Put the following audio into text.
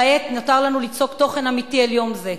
כעת נותר לנו ליצוק תוכן אמיתי אל יום זה.